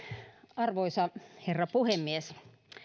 arvoisa herra puhemies